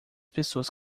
pessoas